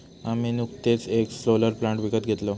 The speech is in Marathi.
आम्ही नुकतोच येक सोलर प्लांट विकत घेतलव